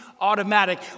Automatic